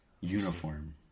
uniform